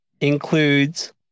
includes